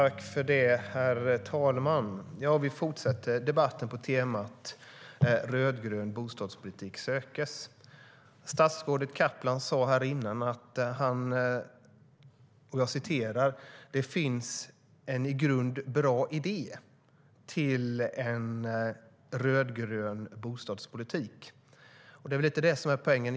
Herr talman! Vi fortsätter debatten på temat Rödgrön bostadspolitik sökes. Statsrådet Kaplan sa här: Det finns en i grunden bra idé till en rödgrön bostadspolitik. Det är väl lite det som är poängen.